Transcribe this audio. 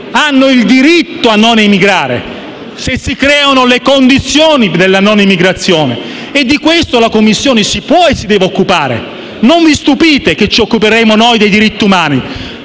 hanno il diritto a non emigrare se si creano le condizioni della non emigrazione. Di questo la Commissione può e deve occuparsi. Non vi stupite del fatto che ci occuperemo noi dei diritti umani,